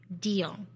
deal